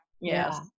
yes